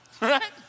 Right